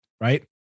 Right